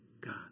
God